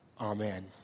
Amen